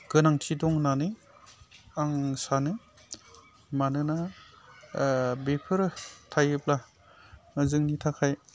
गोनांथि दं होननानै आं सानो मानोना बेफोर थायोब्ला जोंनि थाखाय